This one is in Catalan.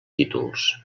títols